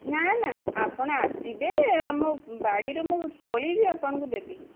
ନା ନା ଆପଣ ଆସିବେ ଆମ ବାଡ଼ିରୁ ମୁଁ ତୋଳିକି ଆପଣଙ୍କୁ ଦେବି